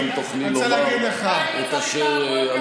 שם תוכלי לומר את אשר על ליבך.